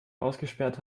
ausgesperrt